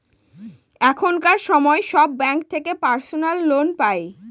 এখনকার সময় সব ব্যাঙ্ক থেকে পার্সোনাল লোন পাই